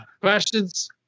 Questions